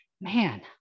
Man